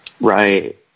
Right